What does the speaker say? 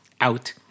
out